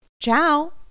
Ciao